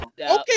Okay